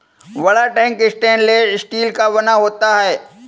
बड़ा tank stainless steel का बना होता है